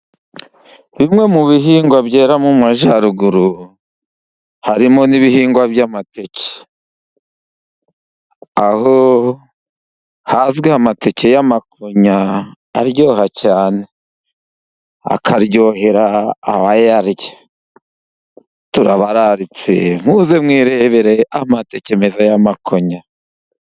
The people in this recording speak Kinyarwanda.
Bimwe mu bihingwa byera mu majyaruguru, harimo n'ibihingwa by'amateke. Aho hazwi amateke y'amakonya aryoha cyane. Akaryohera abayarya. Turabararitse muze mwirebere amateke y'amakonya.